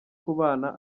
kubana